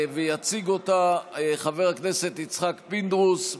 ויציג אותה חבר הכנסת יצחק פינדרוס,